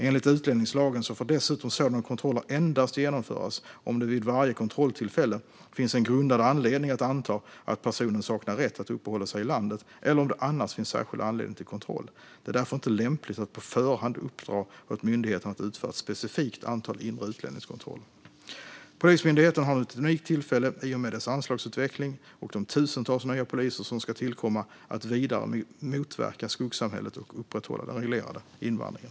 Enligt utlänningslagen får dessutom sådana kontroller endast genomföras om det vid varje kontrolltillfälle finns en grundad anledning att anta att personen saknar rätt att uppehålla sig i landet eller om det annars finns särskild anledning till kontroll. Det är därför inte lämpligt att på förhand uppdra åt myndigheten att utföra ett specifikt antal inre utlänningskontroller. Polismyndigheten har nu ett unikt tillfälle, i och med dess anslagsutveckling och de tusentals nya poliser som ska tillkomma, att vidare motverka skuggsamhället och upprätthålla den reglerade invandringen.